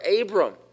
Abram